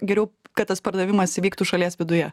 geriau kad tas pardavimas įvyktų šalies viduje